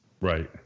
right